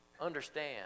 understand